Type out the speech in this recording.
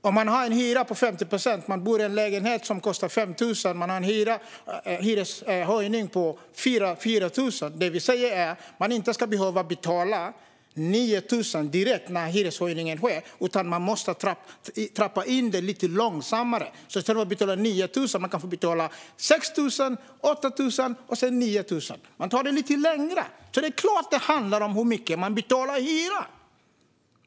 Om man har en hyra på 5 000 kronor och hyreshöjningen blir 4 000 ska man inte behöva betala 9 000 direkt, utan hyran höjs under längre tid, först till 6 000, sedan till 8 000 och slutligen till 9 000. Givetvis handlar det om hur mycket man betalar i hyra.